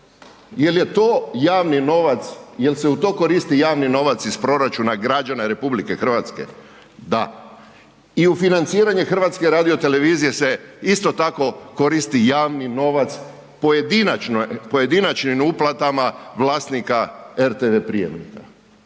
jel se u to koristi javni novac iz proračuna građana RH? Da. I u financiranje HRT-a se isto tako koristi javni novac pojedinačnim uplatama vlasnika RTV prijamnika.